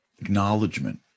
acknowledgement